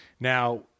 Now